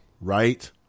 Right